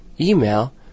email